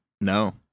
No